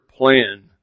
Plan